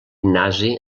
nazi